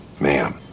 Ma'am